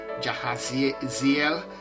Jahaziel